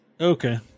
Okay